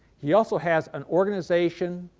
he also has an organization,